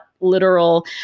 literal